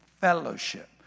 fellowship